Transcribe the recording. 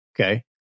okay